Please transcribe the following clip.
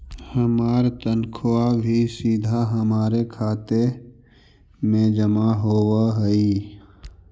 हमार तनख्वा भी सीधा हमारे खाते में जमा होवअ हई